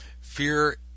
fear